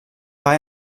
war